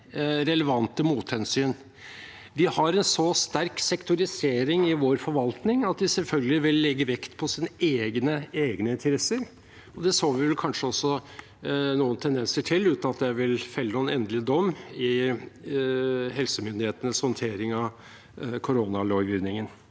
relevante mothensyn? Vi har en så sterk sektorisering i vår forvaltning at de selvfølgelig vil legge vekt på sine egne interesser. Det så vi kanskje også noen tendenser til, uten at jeg vil felle noen endelig dom, i helsemyndighetenes håndtering av koronalovgivningen.